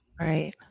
Right